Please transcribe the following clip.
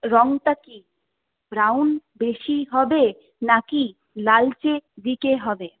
রংটা কি ব্রাউন বেশি হবে নাকি লালচে দিকে হবে